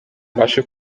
mbashe